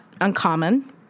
uncommon